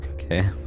Okay